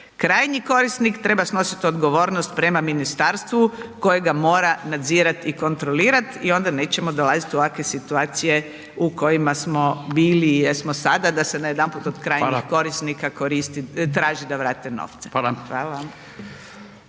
Krajnji korisnik treba snositi odgovornost prema ministarstvu koje ga mora nadzirat i kontrolirat i onda nećemo dolaziti u ovakve situacije u kojima smo bili i jesmo sada da se najedanput od krajnjih …/Upadica: Hvala./… korisnika koristi traži da vrate novce. Hvala.